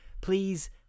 please